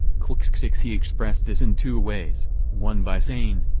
clxxix he expressed this in two ways one by saying,